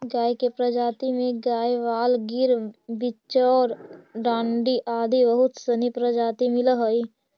गाय के प्रजाति में गयवाल, गिर, बिच्चौर, डांगी आदि बहुत सनी प्रजाति मिलऽ हइ